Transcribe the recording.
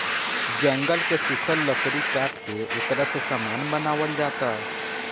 जंगल के सुखल लकड़ी काट के ओकरा से सामान बनावल जाता